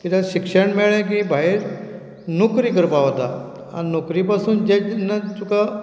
किद्या शिक्षण मेळ्ळें की भायर नोकरी करपा वता आनी नोकरी पासून जेन्ना तुका